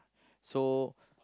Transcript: so